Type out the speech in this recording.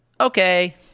okay